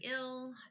ill